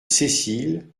cécile